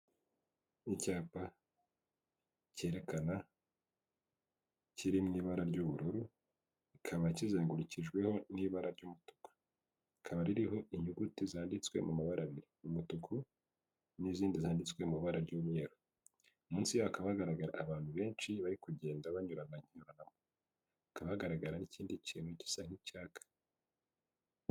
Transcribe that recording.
Ni icyapa cyerekana kiri mu ibara ry'ubururu kikaba kizengurukijweho n'ibara ry'umutuku rikaba ririho inyuguti zanditswe mu mabara y'umutuku n'izindi zanditswe mubara y'umweru, munsi hakaba hagaragara abantu benshi bari kugenda banyurarana inyuma aho hakaba hagaragara n'ikindi kintu gisa nk'icyaka.